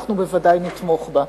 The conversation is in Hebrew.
אנחנו בוודאי נתמוך בה.